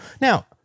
Now